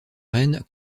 reine